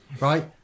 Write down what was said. right